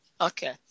Okay